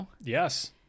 Yes